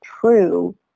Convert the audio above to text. true